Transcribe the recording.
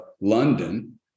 London